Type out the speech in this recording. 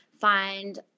find